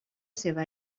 seva